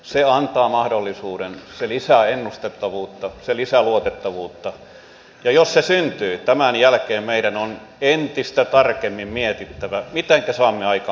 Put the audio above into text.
se antaa mahdollisuuden se lisää ennustettavuutta se lisää luotettavuutta ja jos se syntyy tämän jälkeen meidän on entistä tarkemmin mietittävä mitenkä saamme aikaan kasvua